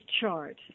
chart –